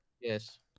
Yes